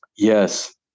Yes